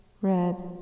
red